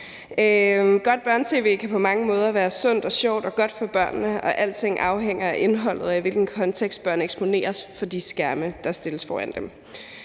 Godt børne-tv kan på mange måder være sundt og sjovt og godt for børnene; alting afhænger af indholdet, og i hvilken kontekst børn eksponeres for de skærme, der stilles foran dem.